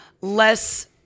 less